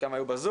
חלקם היו בזום.